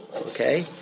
okay